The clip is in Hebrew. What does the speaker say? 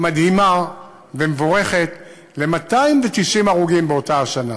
מדהימה ומבורכת, ל-290 הרוגים באותה השנה.